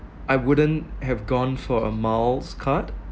I wouldn't have gone for a miles card